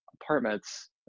apartments